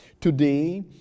Today